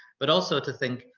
but also to think,